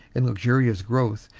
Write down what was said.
in luxurious growth,